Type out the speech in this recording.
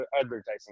advertising